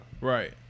Right